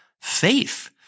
faith